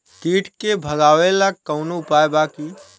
कीट के भगावेला कवनो उपाय बा की?